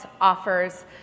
offers